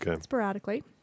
sporadically